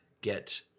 get